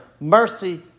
Mercy